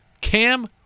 Cam